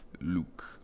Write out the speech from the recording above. luke